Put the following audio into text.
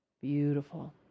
Beautiful